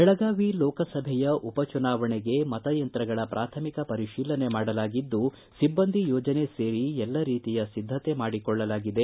ಬೆಳಗಾವಿ ಲೋಕಸಭೆಯ ಉಪ ಚುನಾವಣೆಗೆ ಮತಯಂತ್ರಗಳ ಪ್ರಾಥಮಿಕ ಪರಿಶೀಲನೆ ಮಾಡಲಾಗಿದ್ದು ಸಿಬ್ಬಂದಿ ಯೋಜನೆ ಸೇರಿ ಎಲ್ಲ ರೀತಿಯ ಸಿದ್ದತೆ ಮಾಡಿಕೊಳ್ಳಲಾಗಿದೆ